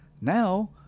Now